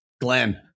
Glenn